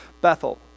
Bethel